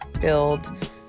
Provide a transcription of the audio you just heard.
build